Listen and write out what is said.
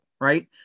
right